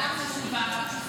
הצעה חשובה,